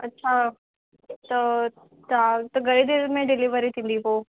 अच्छा त दाल त घणे देरि में डिलीवरी थींदी पोइ